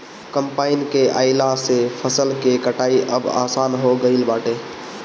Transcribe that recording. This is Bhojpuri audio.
कम्पाईन के आइला से फसल के कटाई अब आसान हो गईल बाटे